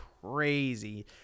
crazy